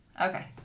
Okay